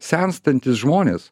senstantys žmonės